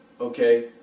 okay